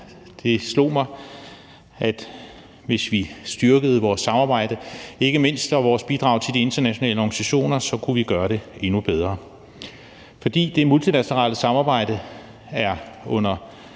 det slog mig, at hvis vi styrkede vores samarbejde, ikke mindst vores bidrag til de internationale organisationer, så kunne vi gøre det endnu bedre. For det multilaterale samarbejde er under